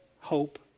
hope